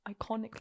iconic